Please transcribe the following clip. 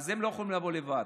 אז הם לא יכולים לבוא לבד.